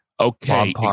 Okay